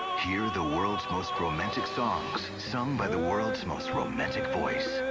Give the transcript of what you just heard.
hear the world's most romantic songs sung by the world's most romantic voice.